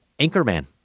Anchorman